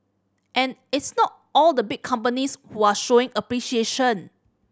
and it's not all the big companies who are showing appreciation